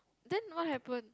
then what happen